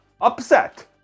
upset